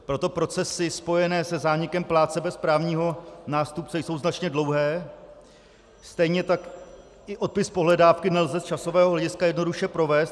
Proto procesy spojené se zánikem plátce bez právního nástupce jsou značně dlouhé, stejně tak i odpis pohledávky nelze z časového hlediska jednoduše provést.